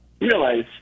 realize